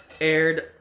aired